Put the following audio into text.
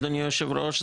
אדוני יושב הראש,